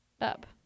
up